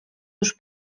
już